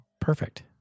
Perfect